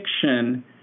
fiction